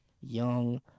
young